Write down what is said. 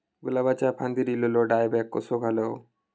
गुलाबाच्या फांदिर एलेलो डायबॅक कसो घालवं?